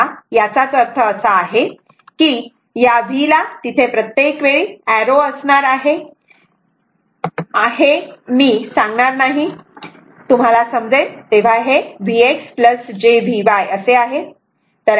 तेव्हा याचाच अर्थ असा आहे की या v ला तिथे प्रत्येक वेळी आरो असणार आहे हे मी सांगणार नाही तुम्हाला समजेल तेव्हा हे v x j Vy असे आहे